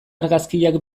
argazkiak